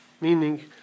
meaning